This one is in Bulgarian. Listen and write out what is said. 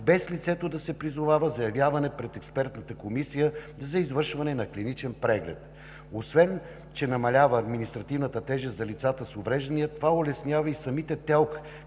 без лицето да се призовава за явяване пред експертната комисия за извършване на клиничен преглед. Освен, че намалява административната тежест за лицата с увреждания, това улеснява и самите ТЕЛК,